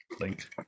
Link